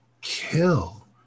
kill